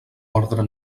ordre